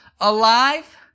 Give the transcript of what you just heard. alive